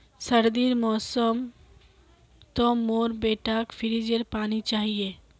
सर्दीर मौसम तो मोर बेटाक फ्रिजेर पानी चाहिए